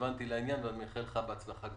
שרלוונטי לעניין ואני מאחל לך בהצלחה.